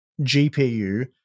gpu